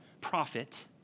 profit